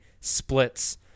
splits